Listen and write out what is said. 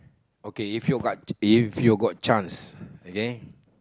okay if you got chance